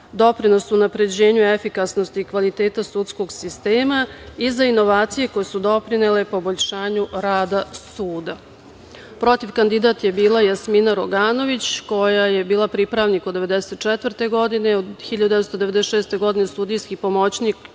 doprinosu unapređenju efikasnosti i kvaliteta sudskog sistema i za inovacije koje su doprinele poboljšanju rada suda. Protiv kandidat je bila Jasmina Roganović koja je bila pripravnik od 1994. godine, od 1996. godine sudijski pomoćnik,